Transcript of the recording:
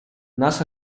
нас